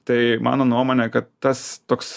tai mano nuomone kad tas toks